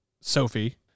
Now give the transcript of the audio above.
Sophie